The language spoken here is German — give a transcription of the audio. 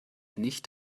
nicht